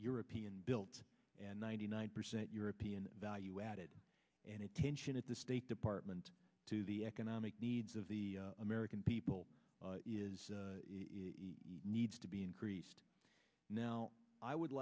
european built and ninety nine percent european value added and attention at the state department to the economic needs of the american people is needs to be increased now i would